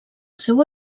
seu